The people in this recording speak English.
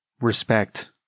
respect